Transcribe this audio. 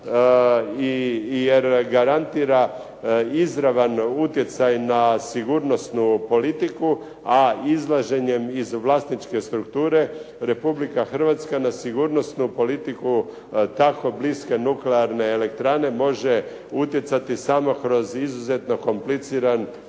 jer garantira izravan utjecaj na sigurnosnu politiku, a izlaženjem iz vlasničke strukture Republika Hrvatska na sigurnosnu politiku tako bliske nuklearne elektrane može utjecati samo kroz izuzetno kompliciran sustav